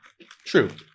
True